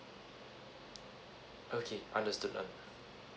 okay understood uh